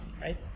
right